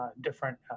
different